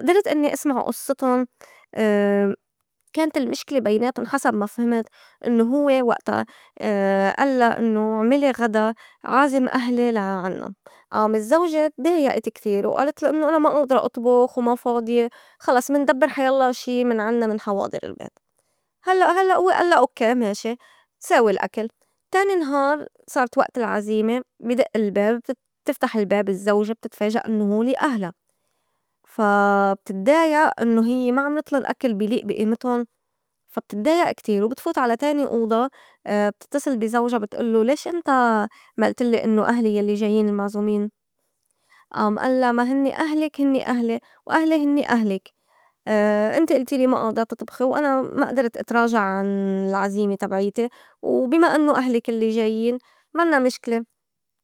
أدرت إنّي إٍسمع أصّتُن كانت المشكلة بيناتُن حسب ما فهمت إنّو هوّ وئتا ألّا إنّو عملي غدى عازم أهلي لا عنّا آم الزّوجة ادّايئت كتير وآلتلو إنّو أنا ما آدرى أطبُخ وما فاضية خلص مندبّر حيلّا شي من عنّا من حواضر البيت، هلّأ- هلّأ هوّ ألّا أوكّي ماشي ساوي الأكل، تاني نهار صارت وئت العزيمة بي دئ الباب بت- بتفتح الباب الزّوجة بتتفاجئ إنّو هولي أهلا فا بتدّايئ إنّو هيّ ما عملتلُن أكل بي ليئ بي ئيمتُن فا بتدّايئ كتير وبتفوت على تاني أوضى بتتّصل بي زوجا بتئلّو ليش إنت ما إلتلّي إنّو أهلي يلّي جاين المعزومين؟ آم ألّا ما هنّي أهلك هنّي أهلي وأهلي هنّي أهلك إنت إلتيلي ما آدرى تطبخي وأنا ما أدرت أتراجع عن العزيمة تبعيتي وبي ما إنّو أهلك الّي جاين منّا مشكلة.